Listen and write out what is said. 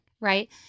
right